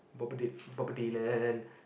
bobedy~ Bob Dylan